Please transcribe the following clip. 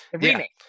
remake